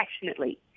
passionately